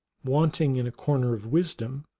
wanting in a corner of wisdom,